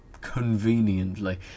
conveniently